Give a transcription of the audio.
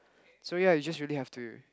sorry ah you just really have to